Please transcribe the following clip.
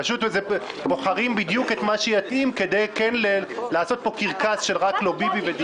פשוט בוחרים בדיוק את מה שיתאים כדי כן לעשות פה קרקס של "רק לא ביבי".